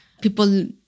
people